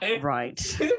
Right